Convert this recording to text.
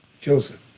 Joseph